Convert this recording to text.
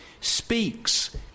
speaks